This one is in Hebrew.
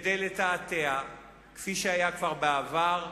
כדי לתעתע, כפי שהיה כבר בעבר,